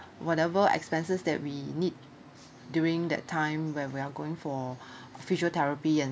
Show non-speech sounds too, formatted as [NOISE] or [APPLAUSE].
whatever expenses that we need during that time when we are going for [BREATH] physiotherapy and